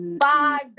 five